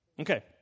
Okay